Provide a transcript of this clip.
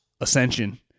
ascension